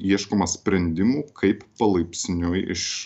ieškoma sprendimų kaip palaipsniui iš